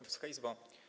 Wysoka Izbo!